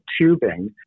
tubing